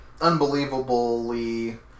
unbelievably